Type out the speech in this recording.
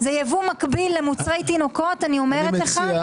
הקובץ השני